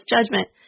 judgment